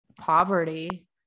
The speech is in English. poverty